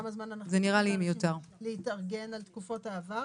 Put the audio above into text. כמה זמן אנחנו --- להתארגן על תקופות העבר?